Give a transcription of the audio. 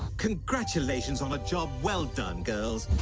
congratulations on a job well done girl